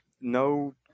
No